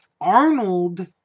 Arnold